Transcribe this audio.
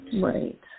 Right